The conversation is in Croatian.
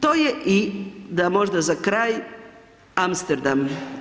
To je da možda za kraj, Amsterdam.